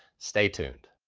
stay tuned.